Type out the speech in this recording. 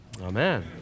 Amen